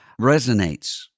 resonates